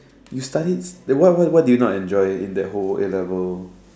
you studied what what what did you not enjoy in that whole A-level